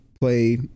play